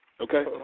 Okay